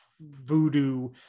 voodoo